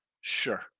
Sure